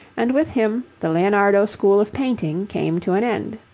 and with him the leonardo school of painting came to an end.